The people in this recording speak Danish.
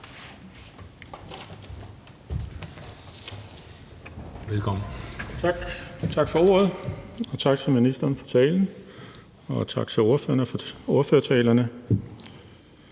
(NB): Tak for ordet. Tak til ministeren for talen, og tak til ordførerne for ordførertalerne.